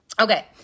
Okay